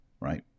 right